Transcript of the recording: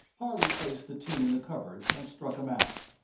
harley replaced the tin in the cupboard and struck a match.